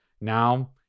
Now